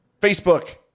Facebook